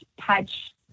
touch